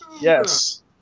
Yes